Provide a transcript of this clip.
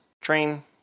train